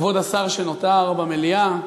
כבוד השר שנותר במליאה,